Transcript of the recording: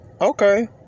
okay